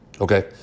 Okay